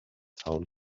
town